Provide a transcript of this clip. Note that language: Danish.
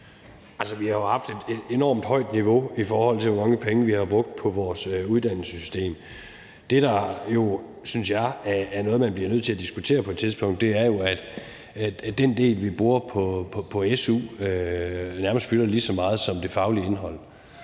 (V): Vi har jo haft et enormt højt niveau, i forhold til hvor mange penge vi har brugt på vores uddannelsessystem. Det, der jo, synes jeg, er noget, man bliver nødt til at diskutere på et tidspunkt, er, at den del, vi bruger på su, nærmest fylder lige så meget som det faglige indhold.